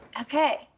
Okay